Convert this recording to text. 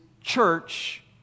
church